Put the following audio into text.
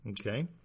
okay